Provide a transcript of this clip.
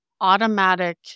automatic